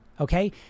Okay